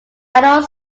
adult